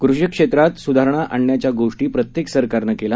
कृषी क्षेत्रात सुधारणा आणण्याच्या गोष्टी प्रत्येक सरकारनं केल्या